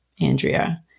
Andrea